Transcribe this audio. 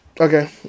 Okay